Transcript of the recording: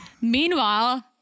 Meanwhile